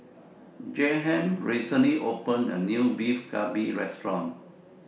Jaheim recently opened A New Beef Galbi Restaurant